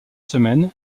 semaines